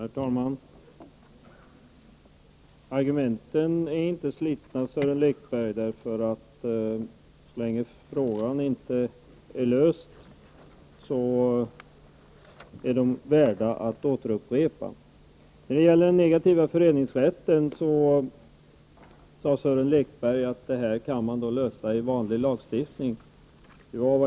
Herr talman! Argumenten är inte slitna, Sören Lekberg. Så länge frågan inte är löst, är de nämligen värda att återupprepa. Sören Lekberg sade att frågan om den negativa föreningsrätten kan lösas med vanlig lagstiftning.